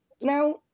Now